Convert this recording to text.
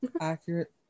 Accurate